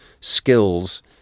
skills